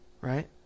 right